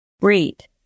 Read